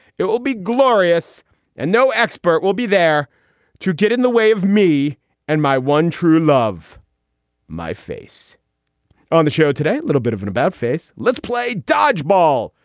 it will be glorious and no expert will be there to get in the way of me and my one true love my face on the show today little bit of an about face let's play dodge ball.